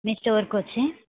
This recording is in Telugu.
మీ స్టోర్కి వచ్చి